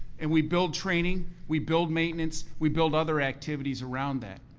and we build training, we build maintenance, we build other activities around that.